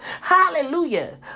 hallelujah